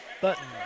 Button